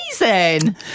amazing